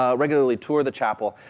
ah regularly tour the chapel,